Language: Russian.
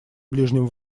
ближнем